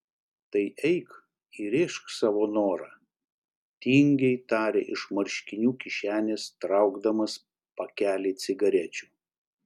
tai eik įrėžk savo norą tingiai tarė iš marškinių kišenės traukdamas pakelį cigarečių